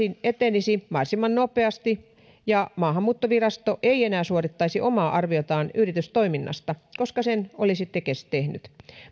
etenisi mahdollisimman nopeasti ja maahanmuuttovirasto ei enää suorittaisi omaa arviotaan yritystoiminnasta koska sen olisi tekes tehnyt